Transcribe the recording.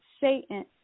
Satan